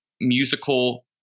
musical